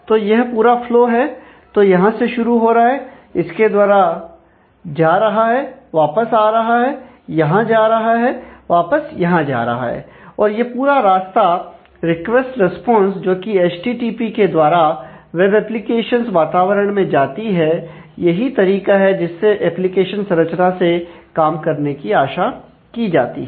तो यह पूरा फ्लो है तो यहां से शुरू हो रहा है इसके द्वारा जा रहा है वापस आ रहा है यहां जा रहा है वापस यहां जा रहा है और यह पूरा रास्ता रिक्वेस्ट रिस्पांस जोकि एचटीटीपी के द्वारा वेब एप्लीकेशंस वातावरण में जाती है यही तरीका है जिससे एप्लीकेशन संरचना से काम करने की आशा की जाती है